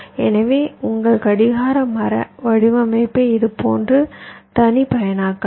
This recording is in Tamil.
எனவே உங்கள் கடிகார மர வடிவமைப்பை இதுபோன்று தனிப்பயனாக்கலாம்